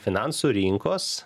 finansų rinkos